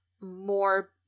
more